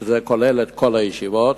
שזה כולל כל הישיבות,